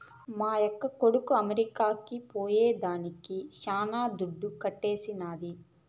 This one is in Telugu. మా యక్క కొడుకు అమెరికా పోయేదానికి శానా దుడ్డు కర్సైనాది